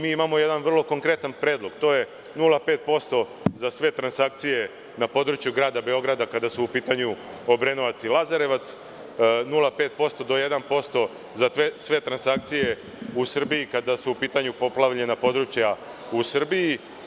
Mi imamo jedan vrlo konkretan predlog, a to je 0,5% za sve transakcije na području grada Beograda kada su u pitanju Obrenovac i Lazarevac,0,5% do 1% za sve transakcije u Srbiji kada su u pitanju poplavljena područja u Srbiji.